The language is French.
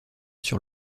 sur